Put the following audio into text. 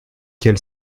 quel